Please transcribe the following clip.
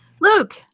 Luke